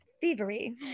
Thievery